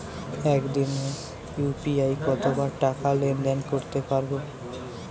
একদিনে ইউ.পি.আই কতবার টাকা লেনদেন করতে পারব?